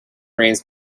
rains